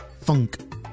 Funk